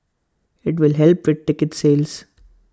IT will help with ticket sales